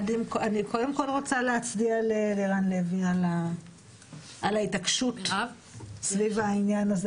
אני קודם כל רוצה להצדיע ללירן לוי על ההתעקשות סביב העניין הזה,